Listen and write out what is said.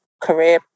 career